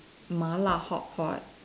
Malay hot pot